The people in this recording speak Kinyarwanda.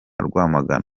rwamagana